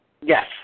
yes